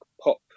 pop